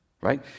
Right